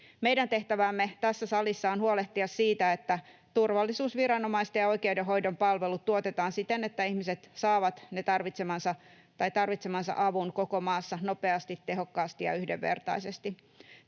Meidän tehtävämme tässä salissa on huolehtia siitä, että turvallisuusviranomaisten ja oikeudenhoidon palvelut tuotetaan siten, että ihmiset saavat tarvitsemansa avun koko maassa nopeasti, tehokkaasti ja yhdenvertaisesti.